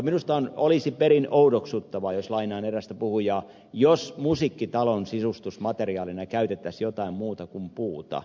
minusta olisi perin oudoksuttavaa jos lainaan erästä puhujaa jos musiikkitalon sisustusmateriaalina käytettäisiin jotain muuta kuin puuta